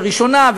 ראשונה,